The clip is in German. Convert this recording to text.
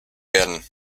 werden